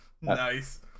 nice